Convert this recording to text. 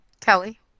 Kelly